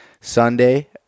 Sunday